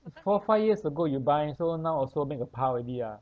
four five years ago you buy so now also make a pile already ah